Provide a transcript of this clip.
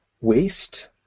waste